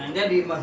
ya